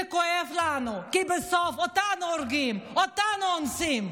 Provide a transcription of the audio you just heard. זה כואב לנו, כי בסוף אותנו הורגים, אותנו אונסים,